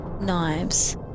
knives